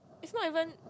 it's not even